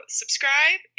subscribe